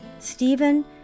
Stephen